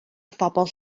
phobl